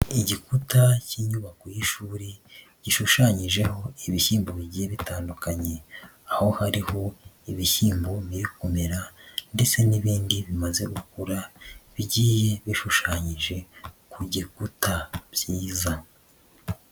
Igikuta k'inyubako y'ishuri gishushanyijeho ibihingwa bigiye bitandukanye aho hariho ibishyimbo biri kumera ndetse n'ibindi bimaze gukura bigiye bishushanyije ku gikuta byiza.